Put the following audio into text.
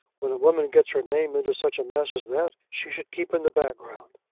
when a woman gets her name into such a mess that, she should keep in the background.